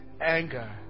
anger